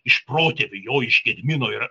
iš protėvių jo iš gedimino ir